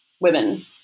women